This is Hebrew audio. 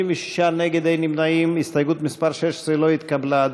קבוצת סיעת הרשימה המשותפת וקבוצת סיעת המחנה הציוני לסעיף 3 לא נתקבלה.